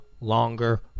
longer